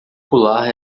pular